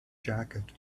jacket